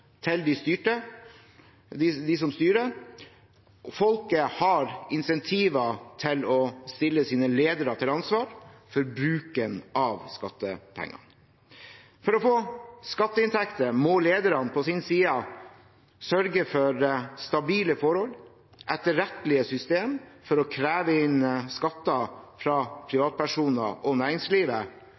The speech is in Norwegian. de som blir styrt, og folket har incentiver til å stille sine ledere til ansvar for bruken av skattepenger. For å få skatteinntekter må lederne på sin side sørge for stabile forhold, etterrettelige systemer for å kreve inn skatter fra privatpersoner og næringslivet,